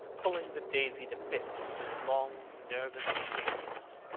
pulling the daisy to bits with his long nervous fingers.